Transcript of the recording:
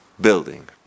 building